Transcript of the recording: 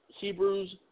Hebrews